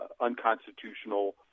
unconstitutional